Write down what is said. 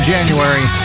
January